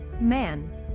man